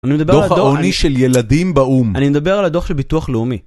אני מדבר על... - דוח העוני של ילדים באו"ם - אני מדבר על הדו"ח של ביטוח לאומי